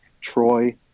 Troy